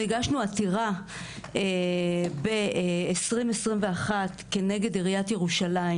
הגשנו עתירה ב-2021 כנגד עיריית ירושלים